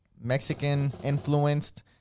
Mexican-influenced